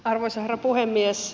arvoisa herra puhemies